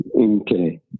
Okay